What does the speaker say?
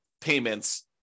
payments